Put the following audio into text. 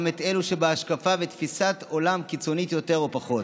גם את אלה שבהשקפה ובתפיסת עולם קיצונית יותר או פחות,